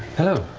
hello.